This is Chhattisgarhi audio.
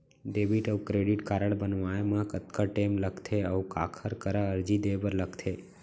डेबिट अऊ क्रेडिट कारड बनवाए मा कतका टेम लगथे, अऊ काखर करा अर्जी दे बर लगथे?